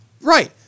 Right